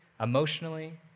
emotionally